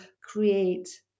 create